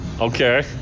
Okay